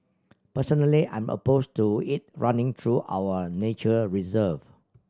personally I'm opposed to it running through our nature reserve